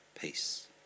peace